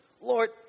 Lord